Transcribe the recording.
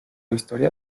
historia